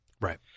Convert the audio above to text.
Right